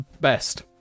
best